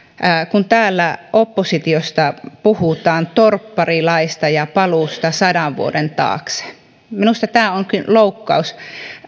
kun täällä oppositiosta puhutaan torpparilaista ja paluusta sadan vuoden taakse minusta tämä on loukkaus